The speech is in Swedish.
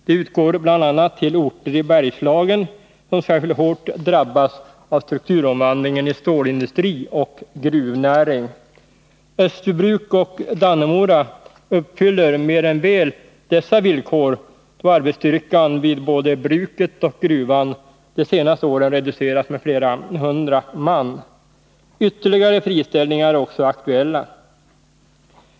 Det utgår bl.a. till orter i Bergslagen som särskilt hårt har drabbats av strukturomvandlingen i stålindustri och gruvnäring. Österbybruk och Dannemora uppfyller mer än väl dessa villkor, då arbetsstyrkan vid både bruket och gruvan de senaste åren har reducerats med flera hundra man. Ytterligare friställningar är också aktuella.